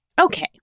okay